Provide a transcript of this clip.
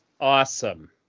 awesome